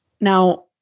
now